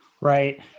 Right